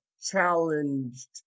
challenged